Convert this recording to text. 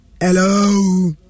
Hello